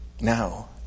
Now